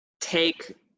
take